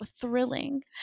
thrilling